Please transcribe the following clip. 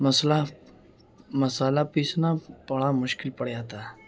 مسئلہ مصالحہ پیسنا پڑا مشکل پڑیا تھا